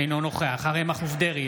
אינו נוכח אריה מכלוף דרעי,